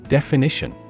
Definition